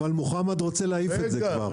אבל מוחמד רוצה להעיף את זה כבר.